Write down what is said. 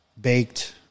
baked